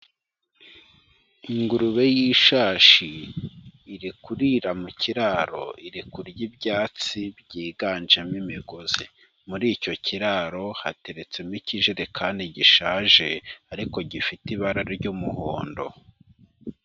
Ingurube y'ishashi iri kurira mu kiraro, iri kurya ibyatsi byiganjemo imigozi, muri icyo kiraro hateretsemo ikijerekani gishaje ariko gifite ibara ry'umuhondo.